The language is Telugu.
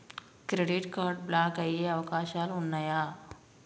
క్రెడిట్ కార్డ్ బ్లాక్ అయ్యే అవకాశాలు ఉన్నయా?